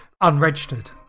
unregistered